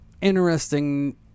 interesting